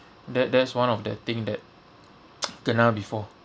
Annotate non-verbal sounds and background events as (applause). that that's one of the thing that (noise) kena before